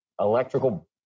electrical